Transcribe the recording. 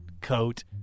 coat